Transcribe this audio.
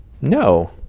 no